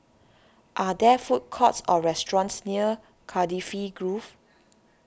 are there food courts or restaurants near Cardifi Grove